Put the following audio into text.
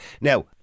Now